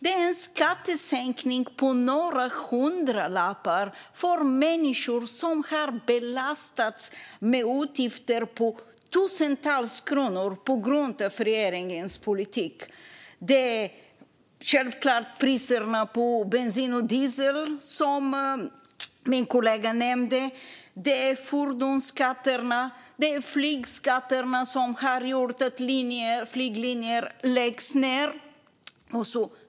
Det är en skattesänkning på några hundralappar för människor som har belastats med utgifter på tusentals kronor på grund av regeringens politik. Det handlar självklart om priserna på bensin och diesel, som min kollega nämnde. Det handlar om fordonsskatterna. Det handlar om flygskatterna som har gjort att flyglinjer läggs ned.